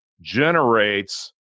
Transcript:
generates